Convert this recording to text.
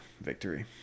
victory